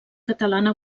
catalana